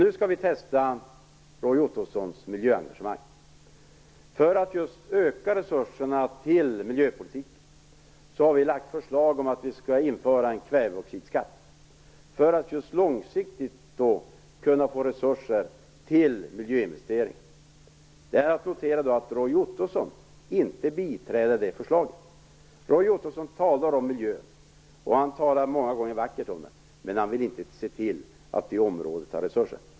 Nu skall vi testa Roy Ottossons miljöengagemang. För att just öka resurserna till miljöpolitiken har vi lagt fram förslag om att vi skall införa en kväveoxidskatt för att långsiktigt kunna få resurser till miljöinvesteringar. Det är att notera att Roy Ottosson inte biträder det förslaget. Roy Ottosson talar om miljön, och han talar många gånger vackert om den, men han vill inte se till att det området har resurser.